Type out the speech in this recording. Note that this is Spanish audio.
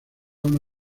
una